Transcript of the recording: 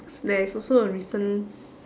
cause there is also a recent